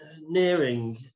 nearing